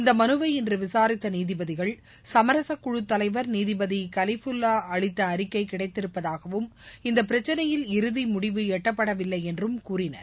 இந்த மனுவை இன்று விசாரித்த நீதிபதிகள் சமரசக் குழு தலைவர் நீதிபதி கலிஃபுல்லா அளித்த அறிக்கை கிடைத்திருப்பதாகவும் இந்தப் பிரச்சினையில் இறுதி முடிவு எட்டப்படவில்லை என்றும் கூறினர்